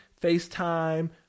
FaceTime